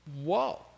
Whoa